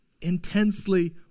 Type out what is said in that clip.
intensely